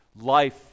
life